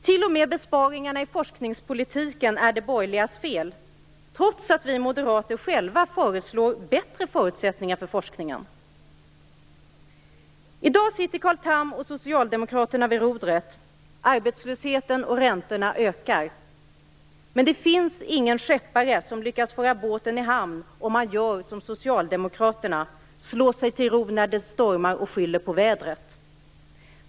T.o.m. besparingarna inom forskningspolitiken är de borgerligas fel; detta trots att vi moderater själva föreslår bättre förutsättningar för forskningen. I dag sitter Carl Tham och Socialdemokraterna vid rodret. Arbetslösheten och räntorna ökar. Det finns ingen skeppare som lyckas föra båten i hamn om man gör som Socialdemokraterna, dvs. slår sig till ro när det stormar och skyller på vädret.